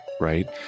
right